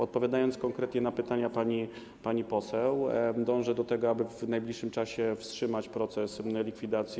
Odpowiadając konkretnie na pytania pani poseł - dążę do tego, aby w najbliższym czasie wstrzymać proces likwidacji.